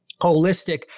Holistic